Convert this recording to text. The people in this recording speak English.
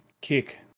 Kick